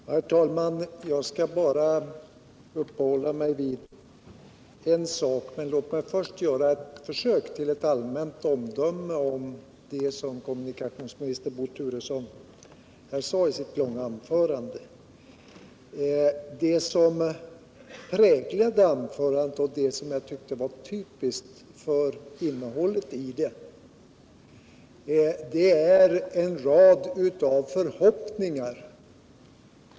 Nr 52 Herr talman! Jag skall uppehålla mig vid en sak, men låt mig först göra ett försök till ett allmänt omdöme om det som kommunikationsministern Bo Turesson sade i sitt långa anförande. Det som präglade = anförandet och som jag tyckte var typiskt för innehållet i det var en = Flygplatsfrågan i rad av förhoppningar.